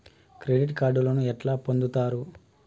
Credit కార్డులను ఎట్లా పొందుతరు?